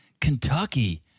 Kentucky